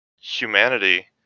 humanity